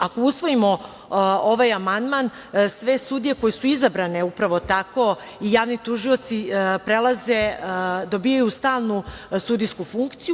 Ako usvojimo ovaj amandman, sve sudije koje su izabrane upravo tako i javni tužioci dobijaju stalnu sudijsku funkciju.